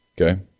Okay